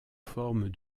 forme